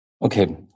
Okay